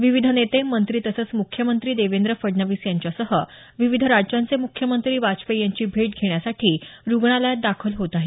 विविध नेते मंत्री तसंच मुख्यमंत्री देवेंद्र फडणवीस यांच्यासह विविध राज्यांचे मुख्यमंत्री वाजपेयी यांची भेट घेण्यासाठी रुग्णालयात दाखल होत आहेत